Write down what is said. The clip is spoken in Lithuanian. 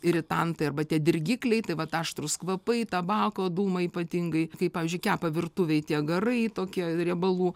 iritantai arba tie dirgikliai tai vat aštrūs kvapai tabako dūmai ypatingai kai pavyzdžiui kepa virtuvėj tie garai tokie riebalų